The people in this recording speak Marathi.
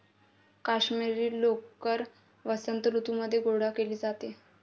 काश्मिरी लोकर वसंत ऋतूमध्ये गोळा केली जाते